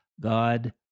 God